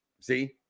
See